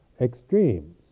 extremes